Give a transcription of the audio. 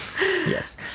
Yes